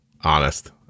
honest